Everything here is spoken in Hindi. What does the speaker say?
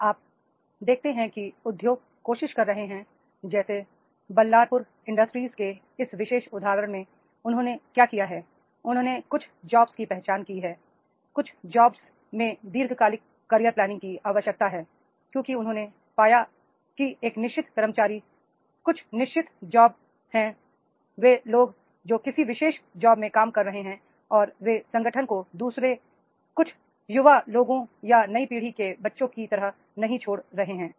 अब आप देखते हैं कि उद्योग कोशिश कर रहे हैं जैसे बल्लारपुर इंडस्ट्रीज के इस विशेष उदाहरण में उन्होंने क्या किया है उन्होंने कुछ जॉब्स की पहचान की है कुछ जॉब्स में दीर्घकालिक कैरियर प्ला निंग की आवश्यकता है क्योंकि उन्होंने पाया कि एक निश्चित कर्मचारी है कुछ निश्चित जॉब्स हैं वे लोग जो किसी विशेष जॉब्स में काम कर रहे हैं और वे संगठन को दू सरे कुछ युवा लोगों या नई पीढ़ी के बच्चे की तरह नहीं छोड़ रहे हैं